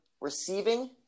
receiving